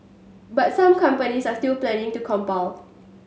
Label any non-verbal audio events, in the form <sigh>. but some companies are still planning to <unintelligible>